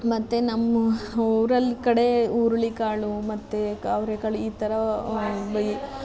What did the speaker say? ಮತ್ತು ನಮ್ಮ ಊರಲ್ಲಿ ಕಡೆ ಹುರುಳಿಕಾಳು ಮತ್ತು ಅವರೆಕಾಳು ಈ ಥರ ಬೈ